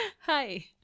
hi